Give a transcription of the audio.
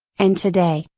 and today,